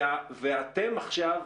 ואתם עכשיו,